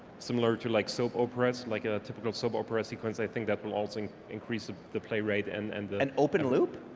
similar to like soap operas, like a typical soap opera sequence, i think that the may also increase ah the play rate and in and an open loop?